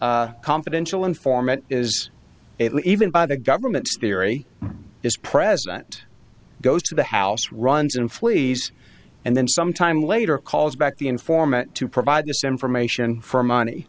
confidential informant is even by the government's theory is president goes to the house runs and flees and then sometime later calls back the informant to provide this information for money